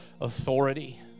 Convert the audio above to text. authority